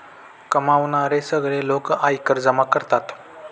कमावणारे सगळे लोक आयकर जमा करतात